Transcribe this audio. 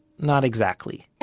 not exactly.